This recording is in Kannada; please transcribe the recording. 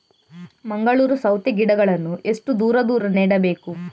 ಮಂಗಳೂರು ಸೌತೆ ಗಿಡಗಳನ್ನು ಎಷ್ಟು ದೂರ ದೂರ ನೆಡಬೇಕು?